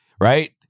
right